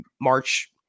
March